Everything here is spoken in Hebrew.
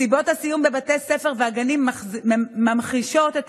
מסיבות הסיום בבתי הספר והגנים ממחישות את